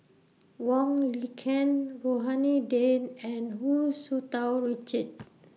Wong Lin Ken Rohani Din and Hu Tsu Tau Richard